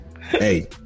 hey